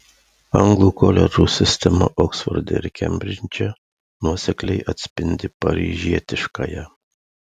anglų koledžų sistema oksforde ir kembridže nuosekliai atspindi paryžietiškąją